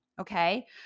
okay